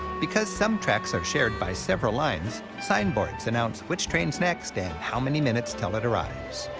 because some tracks are shared by several lines, signboards announce which train's next and how many minutes till it arrives.